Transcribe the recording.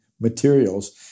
materials